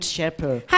Shepherd